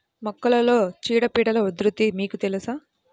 మొక్కలలో చీడపీడల ఉధృతి మీకు తెలుసా?